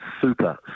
Super